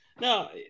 No